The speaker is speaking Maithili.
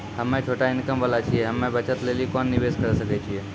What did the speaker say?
हम्मय छोटा इनकम वाला छियै, हम्मय बचत लेली कोंन निवेश करें सकय छियै?